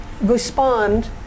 Respond